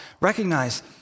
recognize